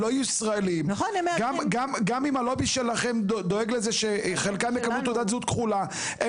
גם אם הלובי שלכם דואג לזה שחלקם יקבלו תעודת זהות כחולה,